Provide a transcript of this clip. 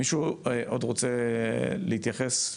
מישהו עוד רוצה להתייחס,